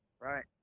Right